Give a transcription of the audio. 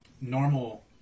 normal